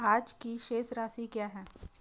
आज की शेष राशि क्या है?